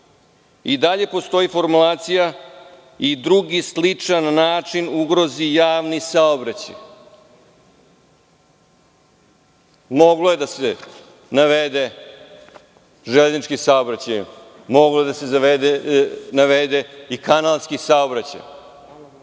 I dalje postoji formulacija: „i drugi sličan način ugrozi javni saobraćaj“. Moglo je da se navede – železnički saobraćaj, kanalski saobraćaj,